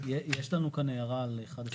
יש לנו כאן הערה על אחד הסעיפים.